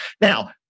Now